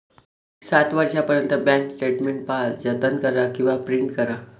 सात वर्षांपर्यंत bank statement पहा, जतन करा किंवा प्रिंट करा